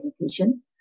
education